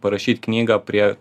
parašyt knygą prie